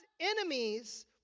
enemies